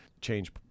change